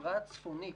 החברה הצפונית